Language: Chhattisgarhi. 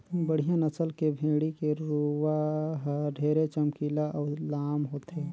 बड़िहा नसल के भेड़ी के रूवा हर ढेरे चमकीला अउ लाम होथे